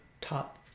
top